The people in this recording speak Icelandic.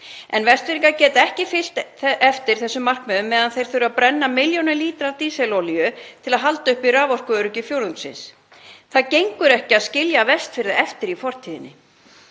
En Vestfirðingar geta ekki fylgt eftir þessum áformum meðan þeir þurfa að brenna milljónum lítra af dísilolíu til að halda uppi raforkuöryggi fjórðungsins. Það gengur ekki að skilja Vestfirði eftir í fortíðinni.